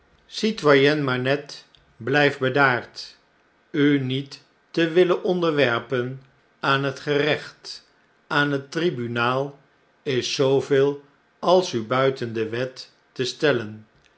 n manette blijf bedaard u niet te willen onderwerpen aan tiet gerecht aan het tribunaal is zooveel als u buiten de wet te stellen